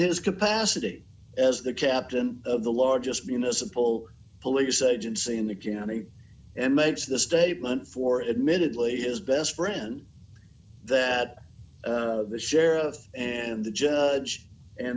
his capacity as the captain of the largest municipal police agency in the county and makes the statement for admittedly his best friend that the sheriff and the judge and